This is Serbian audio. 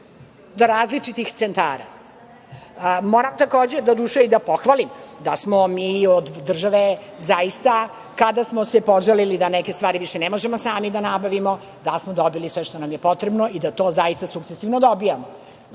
do različitih centara. Moram i da pohvalim da smo mi od države kada smo se požalili da neke stvari više ne možemo sami da nabavimo, da smo dobili sve što nam je potrebno i da to sukcesivno dobijamo.